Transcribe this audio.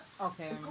Okay